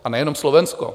A nejenom Slovensko.